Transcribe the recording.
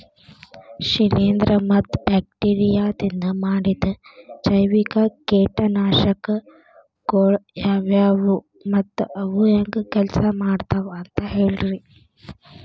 ಶಿಲೇಂಧ್ರ ಮತ್ತ ಬ್ಯಾಕ್ಟೇರಿಯದಿಂದ ಮಾಡಿದ ಜೈವಿಕ ಕೇಟನಾಶಕಗೊಳ ಯಾವ್ಯಾವು ಮತ್ತ ಅವು ಹೆಂಗ್ ಕೆಲ್ಸ ಮಾಡ್ತಾವ ಅಂತ ಹೇಳ್ರಿ?